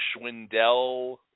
Schwindel